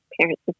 parents